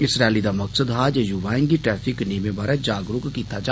इस रैली दा मकसद हा जे युवाएं गी ट्रैफिक नियमें बारै जागरुक कीता जा